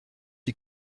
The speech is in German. die